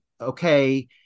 okay